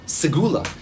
segula